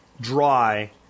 dry